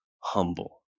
Humble